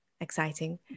exciting